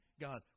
God